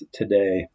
today